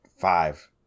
five